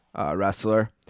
wrestler